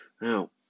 now